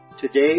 Today